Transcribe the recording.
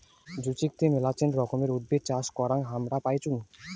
জুচিকতে মেলাছেন রকমের উদ্ভিদ চাষ করাং হামরা পাইচুঙ